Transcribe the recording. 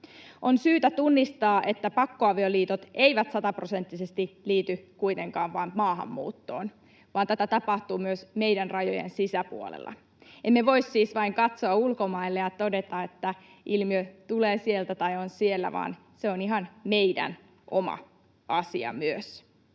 On syytä tunnistaa, että pakkoavioliitot eivät sataprosenttisesti liity kuitenkaan vain maahanmuuttoon vaan tätä tapahtuu myös meidän rajojen sisäpuolella. Emme voi siis vain katsoa ulkomaille ja todeta, että ilmiö tulee sieltä tai on siellä, vaan se on myös ihan meidän oma asia.